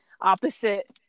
opposite